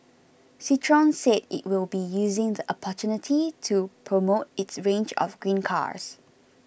Citroen said it will be using the opportunity to promote its range of green cars